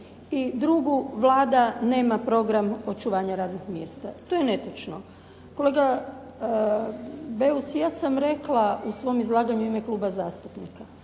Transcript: I drugu Vlada nema program očuvanja radnih mjesta. To je netočno. Kolega Beus, ja sam rekla u svom izlaganju u ime kluba zastupnika,